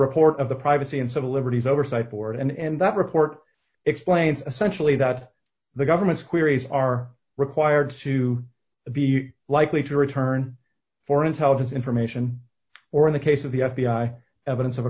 report of the privacy and civil liberties oversight board and that report explains essentially that the government's queries are required to be likely to return for intelligence information or in the case of the f b i evidence of a